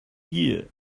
year